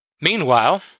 Meanwhile